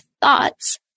thoughts